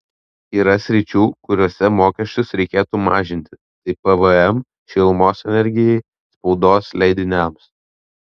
yra sričių kuriose mokesčius reikėtų mažinti tai pvm šilumos energijai spaudos leidiniams